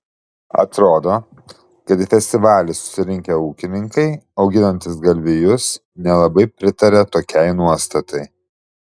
atrodo kad į festivalį susirinkę ūkininkai auginantys galvijus nelabai pritaria tokiai nuostatai